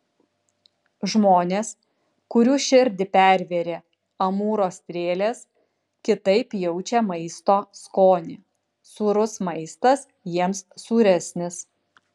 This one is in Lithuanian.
žmonės kurių širdį pervėrė amūro strėlės kitaip jaučią maisto skonį sūrus maistas jiems sūresnis